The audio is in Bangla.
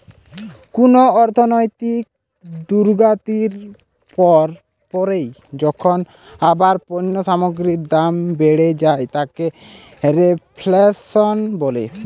কুনো অর্থনৈতিক দুর্গতির পর পরই যখন আবার পণ্য সামগ্রীর দাম বেড়ে যায় তাকে রেফ্ল্যাশন বলে